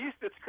east